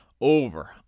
over